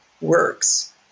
works